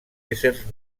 éssers